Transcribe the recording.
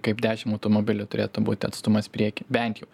kaip dešim automobilių turėtų būti atstumas prieky bent jau